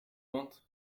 want